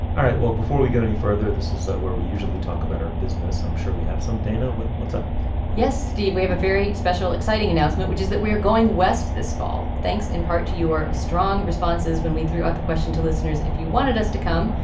all right well before we go any further this is where we usually talk about our business. i'm sure we have some dana what's what's up yes steve we have a very special exciting announcement which is that we are going west this fall thanks in part to your strong responses when we threw out the question to listeners if you wanted us to come.